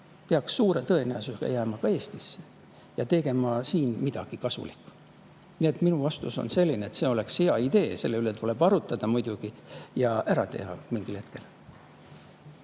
peaks suure tõenäosusega jääma Eestisse ja tegema siin midagi kasulikku. Nii et minu vastus on selline, et see oleks hea idee, selle üle tuleb muidugi arutada ja see tuleb mingil hetkel